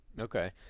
Okay